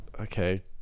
Okay